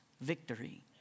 Victory